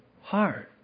heart